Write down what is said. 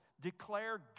declare